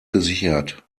gesichert